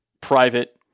private